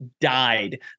died